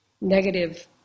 negative